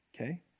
Okay